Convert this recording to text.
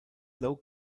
low